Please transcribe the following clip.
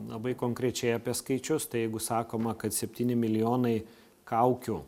labai konkrečiai apie skaičius tai jeigu sakoma kad septyni milijonai kaukių